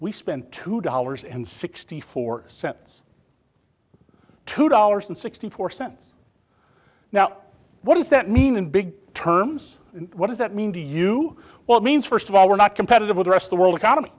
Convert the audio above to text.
we spend two dollars and sixty four cents two dollars and sixty four cents now what does that mean in big terms what does that mean to you well it means first of all we're not competitive address the world economy